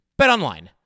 BetOnline